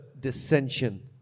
dissension